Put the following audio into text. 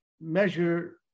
measure